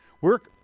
work